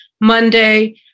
Monday